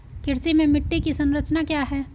कृषि में मिट्टी की संरचना क्या है?